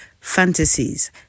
fantasies